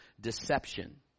deception